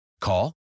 Call